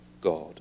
God